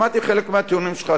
שמעתי חלק מהטיעונים שלך.